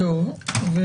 סעיף 38 הוא